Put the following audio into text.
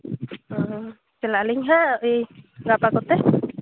ᱚ ᱪᱟᱞᱟᱜ ᱟᱹᱞᱤᱧ ᱦᱟᱜ ᱳᱭ ᱜᱟᱯᱟ ᱠᱚᱛᱮ